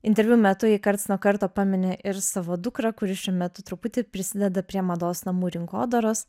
interviu metu ji karts nuo karto pamini ir savo dukrą kuri šiuo metu truputį prisideda prie mados namų rinkodaros